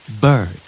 Bird